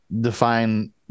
define